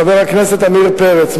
חבר הכנסת עמיר פרץ.